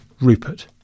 Rupert